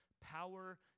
power